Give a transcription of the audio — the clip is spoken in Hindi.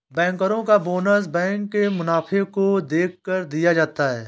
बैंकरो का बोनस बैंक के मुनाफे को देखकर दिया जाता है